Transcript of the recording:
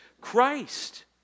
Christ